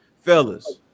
fellas